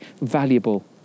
valuable